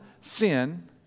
sin